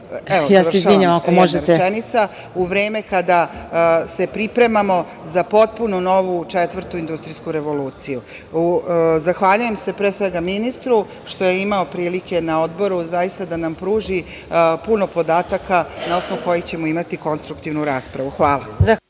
Jedna rečenica.U vreme kada se pripremamo za potpuno novu četvrtu industrijsku revoluciju. Zahvaljujem se, pre svega, ministru što je imao prilike na odboru zaista da nam pruži puno podataka na osnovu kojih ćemo imati konstruktivnu raspravu. Hvala.